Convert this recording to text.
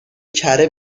کره